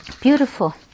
beautiful